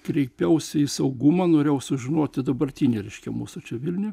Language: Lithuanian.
kreipiausi į saugumą norėjau sužinoti dabartinį reiškia mūsų čia vilniuje